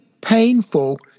painful